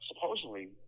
Supposedly